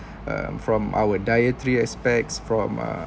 uh from our dietary aspects from uh